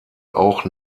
auch